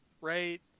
right